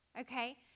okay